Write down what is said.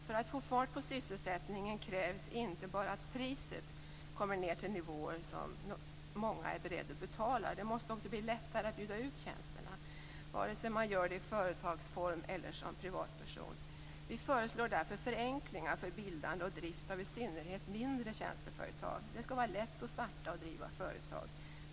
För att få fart på sysselsättningen krävs inte bara att priset kommer ned till nivåer som många är beredda att betala, utan det måste också bli lättare att bjuda ut tjänsterna, vare sig man gör det i företagsform eller som privatperson. Vi föreslår därför förenklingar för bildande och drift av i synnerhet mindre tjänsteföretag. Det skall vara lätt att starta och driva företag.